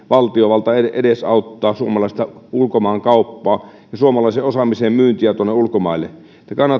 valtiovalta edesauttaa suomalaista ulkomaankauppaa ja suomalaisen osaamisen myyntiä ulkomaille